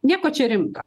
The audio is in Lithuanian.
nieko čia rimta